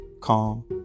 calm